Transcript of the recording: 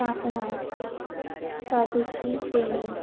कांकणां काजूची फेणी